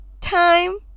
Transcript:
Time